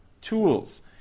Tools